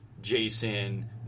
Jason